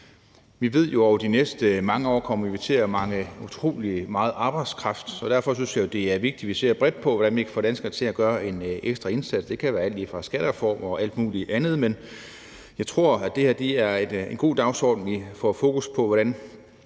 Vi ved jo, at vi over de næste mange år kommer til at mangle utrolig meget arbejdskraft, og derfor synes jeg det er vigtigt, at vi ser bredt på, hvordan vi kan få danskerne til at gøre en ekstra indsats. Det kan være alt lige fra skattereformer til alt muligt andet. Men jeg tror, at det her er en god dagsorden, vi får fokus på, altså